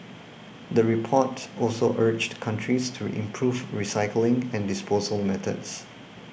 the report also urged countries to improve recycling and disposal methods